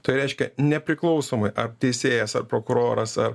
tai reiškia nepriklausomai ar teisėjas ar prokuroras ar